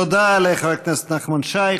תודה לחבר הכנסת נחמן שי.